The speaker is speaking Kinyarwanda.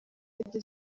indege